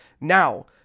Now